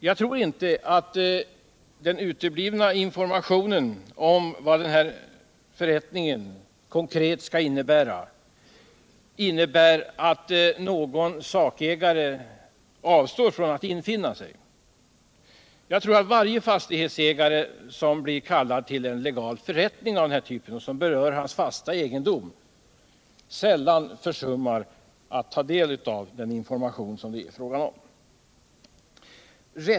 Jag tror inte att den uteblivna informationen om vad förrättningen konkret skall innebära betyder att någon sakägare avstår från att infinna sig. En fastighetsägare som blir kallad till en legal förrättning av den här typen, som berör-hans fasta egendom, försummar nog sällan att ta del av den information det är fråga om.